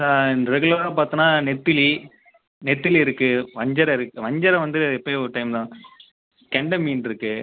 ஆ ரெகுலராக பார்த்தோன்னா நெத்திலி நெத்திலி இருக்குது வஞ்சிரம் இருக்குது வஞ்சிரம் வந்து எப்பயாது ஒரு டைம் தான் கெண்டை மீன் இருக்குது